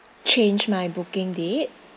change my booking date